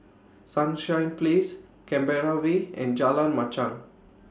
Sunshine Place Canberra Way and Jalan Machang